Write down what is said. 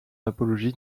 apologie